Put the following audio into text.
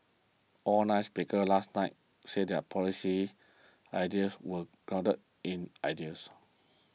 all nine speakers last night said their policy ideas were grounded in ideals